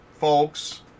folks